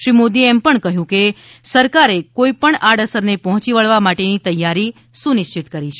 શ્રી મોદીએ કહ્યું સરકારે કોઇ પણ આડઅસરને પહોંચી વળવા માટેની તૈયારી સુનિશ્ચિત કરી છે